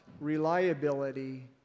reliability